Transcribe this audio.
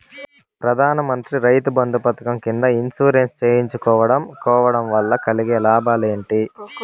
ప్రధాన మంత్రి రైతు బంధు పథకం కింద ఇన్సూరెన్సు చేయించుకోవడం కోవడం వల్ల కలిగే లాభాలు ఏంటి?